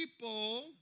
people